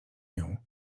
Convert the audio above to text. nią